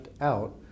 out